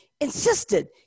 insisted